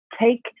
Take